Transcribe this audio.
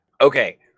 Okay